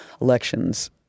elections